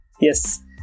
Yes